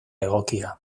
egokia